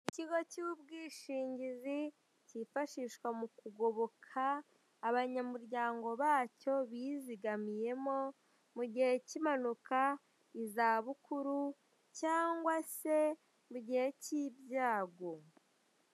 Ikigo cy'ubwishingizi cyifashishwa mu kugoboka abanyamuryango bacyo bizigamiyemo mu gihe cy'impanuka mu za bukuru cyangwa se mu gihe cy'ibyago.